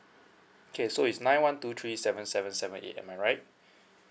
K so it's nine one two three seven seven seven eight am I right